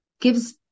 gives